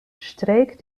streek